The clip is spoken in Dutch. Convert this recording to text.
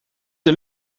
een